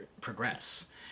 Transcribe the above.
progress